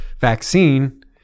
vaccine